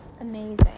amazing